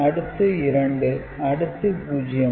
அடுத்து 2 அடுத்து 0